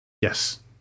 Yes